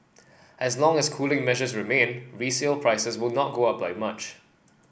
as long as cooling measures remain resale prices will not go up by much